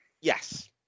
Yes